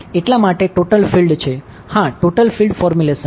હા total field માં